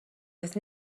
with